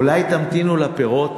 אולי תמתינו לפירות?